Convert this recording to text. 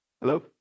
Hello